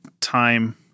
time